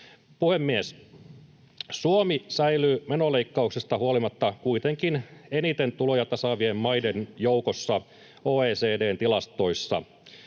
Puhemies! Suomi säilyy menoleikkauksista huolimatta kuitenkin eniten tuloja tasaavien maiden joukossa OECD:n tilastoissa.